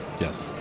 Yes